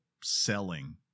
selling